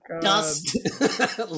dust